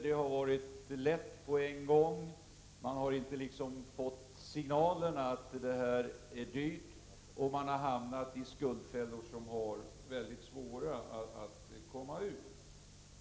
Det har varit lätt att handla på en gång. De har inte fått signalerna om att det är dyrt och har hamnat i skuldfällor, som det har varit mycket svårt att komma ur.